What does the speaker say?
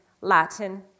Latin